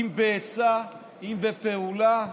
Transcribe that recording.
אם בעצה, אם בפעולה,